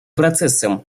процессом